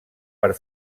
per